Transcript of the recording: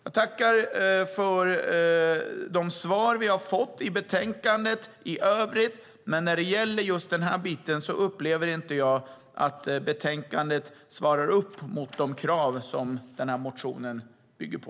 Jag tackar för de svar vi har fått i betänkandet i övrigt. Men när det gäller just den här biten upplever inte jag att betänkandet svarar upp mot de krav som motionen bygger på.